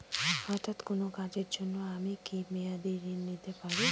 হঠাৎ কোন কাজের জন্য কি আমি মেয়াদী থেকে ঋণ নিতে পারি?